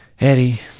Eddie